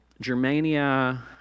Germania